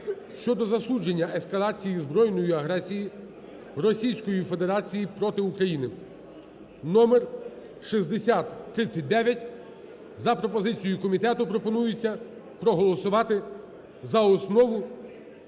щодо засудження ескалації збройної агресії Російської Федерації проти України (№6039). За пропозицією комітету пропонується проголосувати за основу